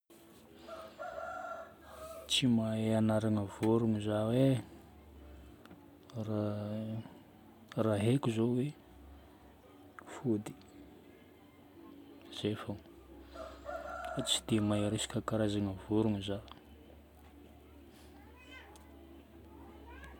Tsy mahay agnarana vorogno zaho e. Raha haiko zao hoe fody. Zay fôgna fa tsy dia mahay resaka karazagna vorogno zaho.